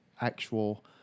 actual